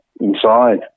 inside